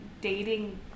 dating